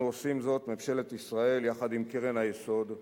אנחנו עושים זאת, ממשלת ישראל יחד עם קרן היסוד,